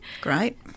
Great